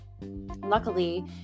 luckily